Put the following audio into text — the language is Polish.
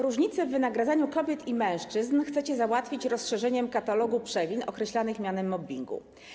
Różnice w wynagradzaniu kobiet i mężczyzn chcecie załatwić rozszerzeniem katalogu przewin określanych mianem mobbingu.